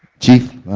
chief,